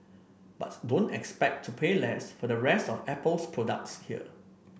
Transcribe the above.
don't expect to pay less for the rest of Apple's products here